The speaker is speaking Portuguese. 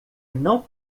não